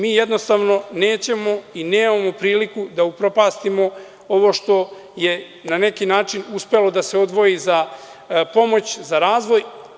Mi jednostavno nećemo i nemamo priliku da upropastimo ovo što je na neki način uspelo da se odvoji za pomoć za razvoj.